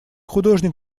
художник